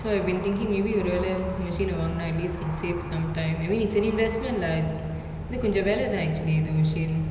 so I have been thinking maybe ஒரு வேல:oru vela machine ah வாங்குனா:vaangunaa at least can save some time I mean it's an investment lah இன்னு கொஞ்ச வேலதா:innu konja velathaa actually the machine